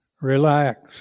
Relax